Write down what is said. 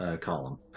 column